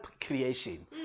creation